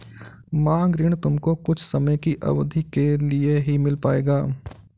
मांग ऋण तुमको कुछ समय की अवधी के लिए ही मिल पाएगा